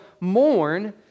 mourn